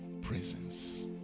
presence